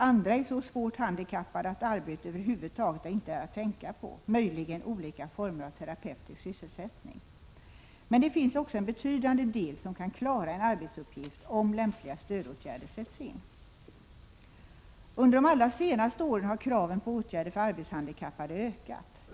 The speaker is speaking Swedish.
Andra är så svårt handikappade att arbete över huvud taget inte är att tänka på, möjligen olika former av terapeutisk sysselsättning. Men det finns också en betydande del som kan klara en arbetsuppgift om lämpliga stödåtgärder sätts in. Under de allra senaste åren har kraven på åtgärder för arbetshandikappade ökat.